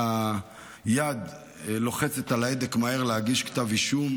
היד לוחצת מהר על ההדק להגיש כתב אישום,